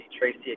Tracy